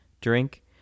drink